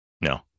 no